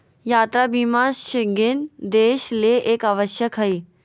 यात्रा बीमा शेंगेन देश ले एक आवश्यक हइ